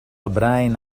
براين